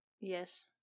Yes